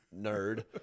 Nerd